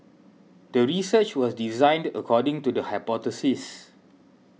the research was designed according to the hypothesis